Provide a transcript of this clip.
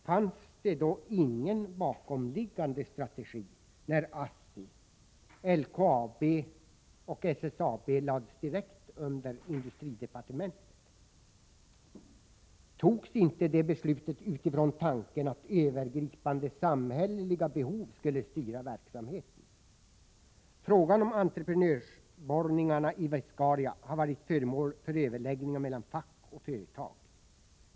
Fanns det då ingen bakomliggande strategi när ASSI, LKAB och SSAB lades direkt under industridepartementet? Fattades inte det beslutet utifrån tanken att övergripande samhälliga behov skulle styra verksamheten? Frågan om entreprenörborrningarna i Viscaria har varit föremål för överläggningar mellan fack och företag.